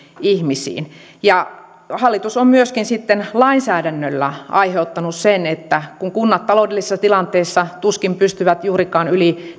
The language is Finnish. ihmisiin hallitus on myöskin sitten lainsäädännöllä aiheuttanut sen että kun kunnat taloudellisessa tilanteessaan tuskin pystyvät juurikaan